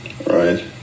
right